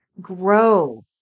grow